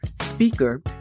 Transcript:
speaker